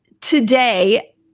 today